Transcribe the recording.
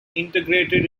integrated